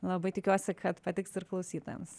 labai tikiuosi kad patiks ir klausytojams